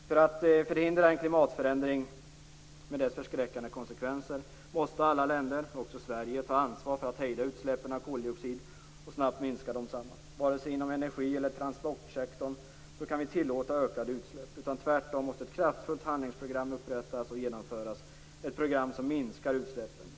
För att förhindra en klimatförändring med dess förskräckande konsekvenser måste alla länder, också Sverige, ta ansvar för att hejda utsläppen av koldioxid och snabbt minska dem. Vi kan inte inom vare sig energi eller transportsektorn tillåta ökade utsläpp, utan tvärtom måste ett kraftfullt handlingsprogram upprättas och genomföras som minskar utsläppen.